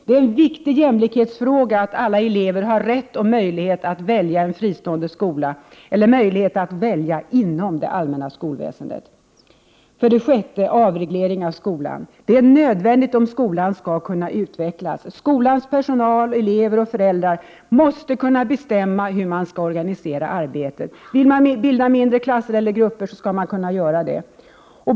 Det är en viktig jämlikhetsfråga att alla elever har rätt och möjlighet att välja en fristående skola eller möjlighet att välja inom det allmänna skolväsendet. 6. Avreglering av skolan. Den är nödvändig om skolan skall kunna utvecklas. Skolans personal, elever och föräldrar måste kunna bestämma hur man vill organisera arbetet. Vill man bilda mindre klasser eller grupper, måste man kunna göra det.